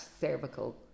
cervical